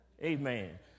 Amen